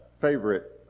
favorite